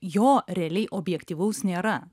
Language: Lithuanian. jo realiai objektyvaus nėra